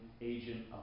agent